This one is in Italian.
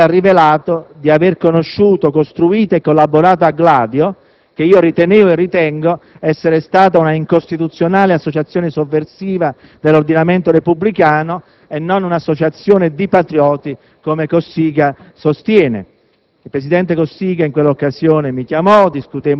dopo che, con provocatoria rivendicazione, aveva rivelato di aver conosciuto, costruito e collaborato a «Gladio», che io ritenevo e ritengo essere stata un'incostituzionale associazione sovversiva dell'ordinamento repubblicano e non un'associazione di patrioti, come egli sostiene.